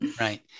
Right